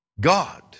God